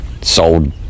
sold